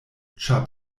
ĉar